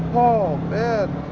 oh, man.